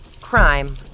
Crime